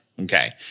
Okay